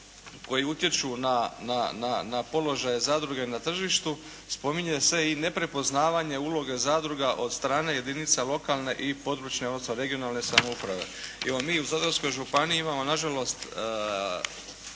koji utječu na položaj zadruge na tržištu spominje se i neprepoznavanje uloge zadruga od strane jedinica lokalne i područne odnosno regionalne samouprave. Mi u Zadarskoj županiji imamo na žalost